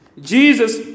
Jesus